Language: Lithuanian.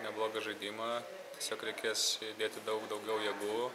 neblogą žaidimą tiesiog reikės įdėti daug daugiau jėgų